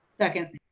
second.